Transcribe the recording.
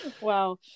Wow